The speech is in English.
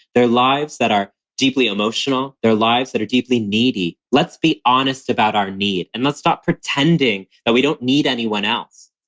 they're lives that are deeply emotional, they're lives that are deeply needy. let's be honest about our need and let's stop pretending that we don't need anyone else